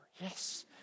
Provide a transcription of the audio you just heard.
Yes